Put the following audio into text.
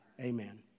amen